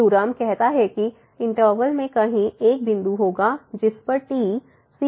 यह थ्योरम कहता है कि इनटर्वल में कहीं एक बिंदु होगा जिस पर t c के बराबर है